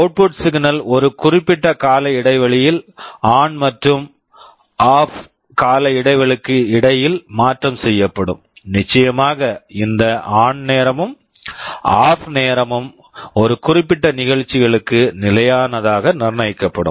output signal output signal ஒரு குறிப்பிட்ட கால இடைவெளியில் ஆன் ON மற்றும் ஆஃப் OFF கால இடைவெளிகளுக்கு இடையில் மாற்றம் செய்யப்படும் நிச்சயமாக இந்த ஆன் ON நேரமும் ஆஃப் OFF நேரமும் ஒரு குறிப்பிட்ட நிகழ்ச்சிகளுக்கு நிலையானதாக நிர்ணயிக்கப்படும்